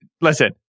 Listen